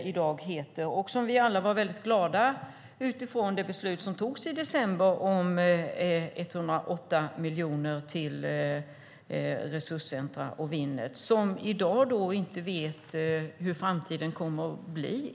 Vi var alla väldigt glada när det i december togs beslut om 108 miljoner till resurscentrum och Winnet, som i dag inte vet hur framtiden kommer att bli.